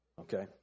Okay